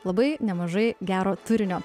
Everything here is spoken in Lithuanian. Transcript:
labai nemažai gero turinio